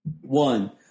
One